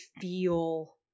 feel